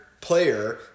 player